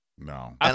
No